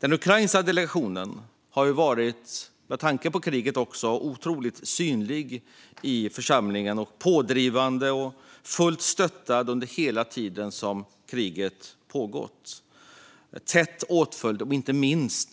Den ukrainska delegationen har med tanke på kriget varit otroligt synlig och pådrivande i församlingen, fullt stöttad under hela den tid som kriget pågått och tätt åtföljd av inte minst